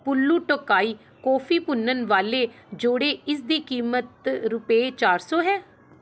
Blue Tokai coffee ਭੁੰਨਣ ਵਾਲੇ ਜੋੜੇ ਜਿਸ ਦੀ ਕੀਮਤ ਰੁਪਏ ਚਾਰ ਸੌ ਹੈ